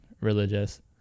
religious